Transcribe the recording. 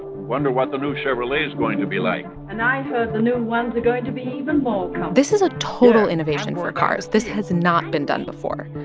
wonder what the new chevrolet is going to be like and i heard the new ones are going to be even more comfortable this is a total innovation for cars. this has not been done before.